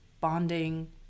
bonding